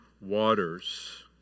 waters